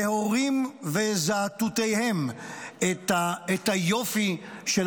להורים וזאטוטיהם את היופי של